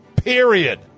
Period